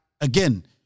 again